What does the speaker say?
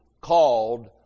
called